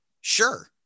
Sure